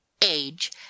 age